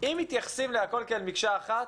אם מתייחסים לכל כאל מקשה אחת,